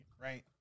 right